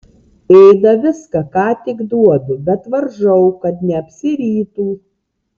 ėda viską ką tik duodu bet varžau kad neapsirytų